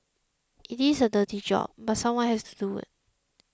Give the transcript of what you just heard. it is a dirty job but someone has to do it